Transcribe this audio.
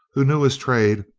who knew his trade,